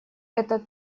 этот